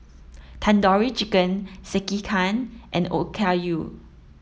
Tandoori Chicken Sekihan and Okayu